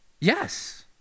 Yes